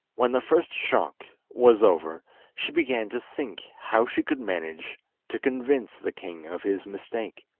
when the first shock was over she began to think how she could manage to convince the king of his mistake.